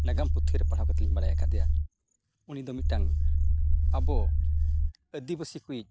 ᱱᱟᱜᱟᱢ ᱯᱩᱛᱷᱤ ᱨᱮ ᱯᱟᱲᱦᱟᱣ ᱠᱟᱛᱮᱫ ᱞᱤᱧ ᱵᱟᱲᱟᱭ ᱠᱟᱫᱮᱭᱟ ᱩᱱᱤ ᱫᱚ ᱢᱤᱫᱴᱟᱱ ᱟᱵᱚ ᱟᱹᱫᱤᱵᱟᱹᱥᱤ ᱠᱚᱭᱤᱡ